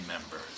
members